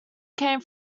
came